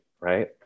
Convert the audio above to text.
right